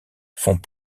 font